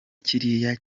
kiriya